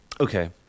okay